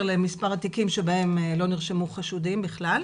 למספר התיקים שבהם לא נרשמו חשודים בכלל.